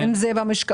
אם זה במשקאות,